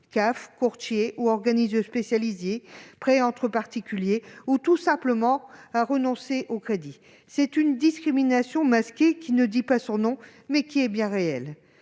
CAF, courtiers ou organismes spécialisés, prêts entre particuliers -ou, tout simplement, à renoncer au crédit. Il s'agit d'une discrimination masquée qui ne dit pas son nom, mais qui est bien réelle.